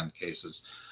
cases